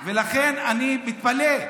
ולכן אני מתפלא.